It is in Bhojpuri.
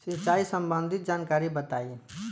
सिंचाई संबंधित जानकारी बताई?